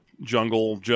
jungle